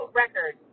record